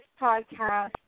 podcast